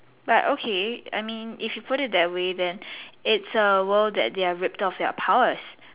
but okay I mean if you put it that way then it's a world that they are ripped off their powers